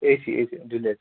A C A C deluxe